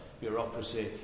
bureaucracy